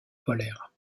polaire